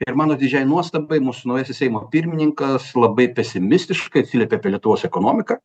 ir mano didžiai nuostabai mūsų naujasis seimo pirmininkas labai pesimistiškai atsiliepė apie lietuvos ekonomiką